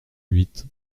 huit